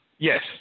yes